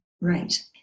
Right